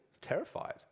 terrified